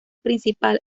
principal